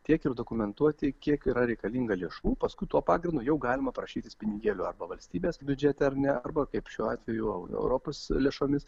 tiek ir dokumentuoti kiek yra reikalinga lėšų paskui tuo pagrindu jau galima prašyti pinigėlių arba valstybės biudžete ar ne arba kaip šiuo atveju europos lėšomis